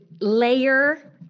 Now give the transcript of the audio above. layer